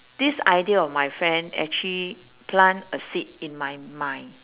this idea of my friend actually plant a seed in my mind